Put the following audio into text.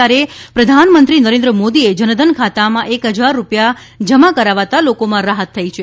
ત્યારે પ્રધાનમંત્રી નરેન્દ્ર મોદીએ જનધન ખાતામાં એક હજાર રૂપીયા જમા કરાવતાં લોકોમાં રાહત થઈ છે